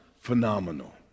phenomenal